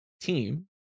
team